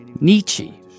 Nietzsche